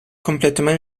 complètement